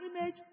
image